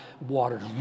water